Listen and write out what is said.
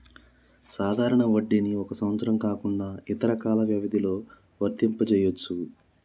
సాధారణ వడ్డీని ఒక సంవత్సరం కాకుండా ఇతర కాల వ్యవధిలో వర్తింపజెయ్యొచ్చు